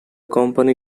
company